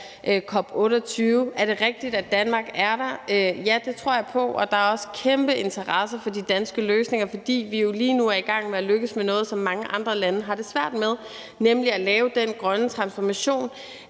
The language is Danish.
COP28. Er det rigtigt, at Danmark er der? Ja, det tror jeg på. Og der er også kæmpe interesse for de danske løsninger, fordi vi lige nu er i gang med at lykkes med noget, som mange andre lande har det svært med, nemlig at lave den grønne transformation